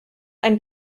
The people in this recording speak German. ein